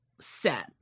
set